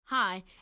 Hi